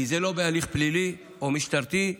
כי זה לא בהליך פלילי או משטרתי,